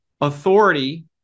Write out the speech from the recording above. Authority